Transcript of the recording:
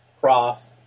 cross